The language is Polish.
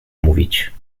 mówić